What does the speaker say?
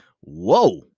whoa